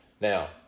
Now